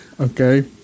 Okay